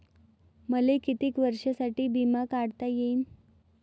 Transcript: मले कितीक वर्षासाठी बिमा काढता येईन?